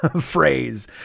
phrase